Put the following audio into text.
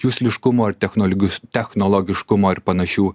jusliškumo ir technoligi technologiškumo ir panašių